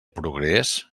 progrés